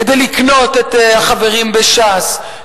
כדי לקנות את החברים בש"ס,